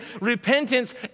repentance